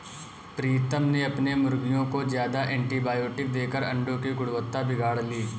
प्रीतम ने अपने मुर्गियों को ज्यादा एंटीबायोटिक देकर अंडो की गुणवत्ता बिगाड़ ली